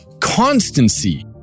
constancy